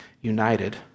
united